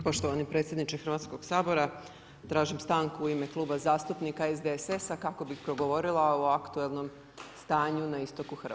Poštovani predsjedniče Hrvatskog sabora, tražim stanku u ime Kluba zastupnika SDSS-a kako bih progovorila o aktualnom stanju na istoku Hrvatske.